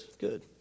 good